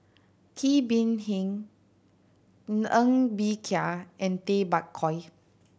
Kee Bee Khim Ng Bee Kia and Tay Bak Koi